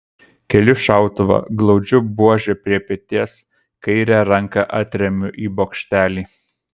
keliu šautuvą glaudžiu buožę prie peties kairę ranką atremiu į bokštelį